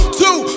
two